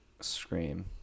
Scream